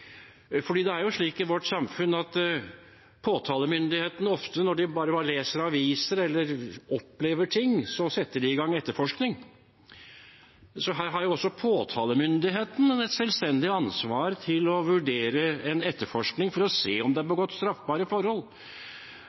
Det er jo slik i vårt samfunn at påtalemyndighetene ofte setter i gang etterforskning når de leser noe i avisen eller opplever ting. Her har også påtalemyndighetene et selvstendig ansvar for å vurdere en etterforskning for å se om det er begått straffbare forhold.